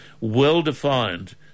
well-defined